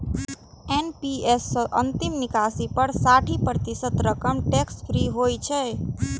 NPS सं अंतिम निकासी पर साठि प्रतिशत रकम टैक्स फ्री होइ छै